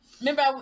Remember